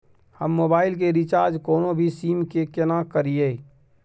हम मोबाइल के रिचार्ज कोनो भी सीम के केना करिए?